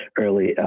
early